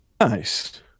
Nice